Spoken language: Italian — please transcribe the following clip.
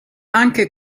anche